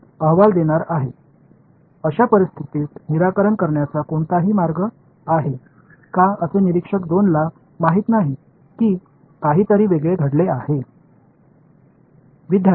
இந்த சூழ்நிலைகளை சரிசெய்ய ஏதேனும் வழி இருக்கிறதா இதுபோன்ற பார்வையாளர் 2 க்கு வேறு எதுவும் நடந்ததாக தெரியாது